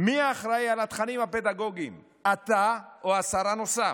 מי אחראי לתכנים הפדגוגיים, אתה או השר הנוסף?